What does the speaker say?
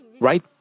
right